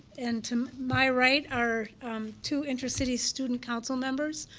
and to my right our two intercity student council members,